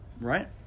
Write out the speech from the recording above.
right